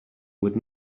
would